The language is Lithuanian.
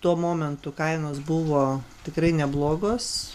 tuo momentu kainos buvo tikrai neblogos